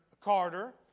Carter